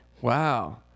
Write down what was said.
Wow